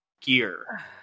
gear